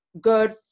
good